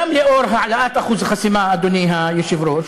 גם לאור העלאת אחוז החסימה, אדוני היושב-ראש,